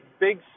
big